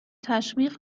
تشویق